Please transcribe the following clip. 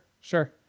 sure